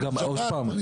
עוד פעם,